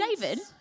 David